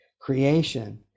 creation